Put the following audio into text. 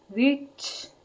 ਵਿੱਚ